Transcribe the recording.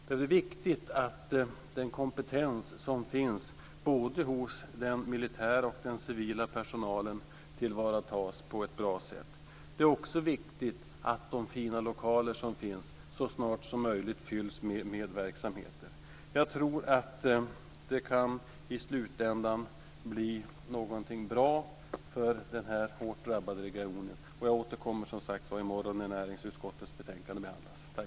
Det är viktigt att den kompetens som finns både hos den militära och hos den civila personalen tillvaratas på ett bra sätt. Det är också viktigt att de fina lokaler som finns så snart som möjligt fylls med verksamheter. Jag tror att det i slutändan kan bli någonting bra för den hårt drabbade regionen. Och jag återkommer, som sagt var, i morgon när näringsutskottets betänkande ska behandlas.